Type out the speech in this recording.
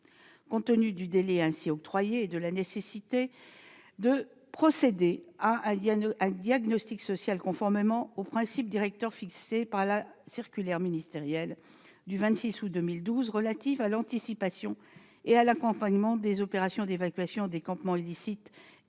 Compte tenu du délai ainsi octroyé et de la nécessité de procéder à un diagnostic social, conformément aux principes directeurs fixés par la circulaire interministérielle du 26 août 2012 relative à l'anticipation et à l'accompagnement des opérations d'évacuation des campements illicites et de l'instruction